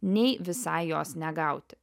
nei visai jos negauti